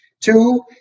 Two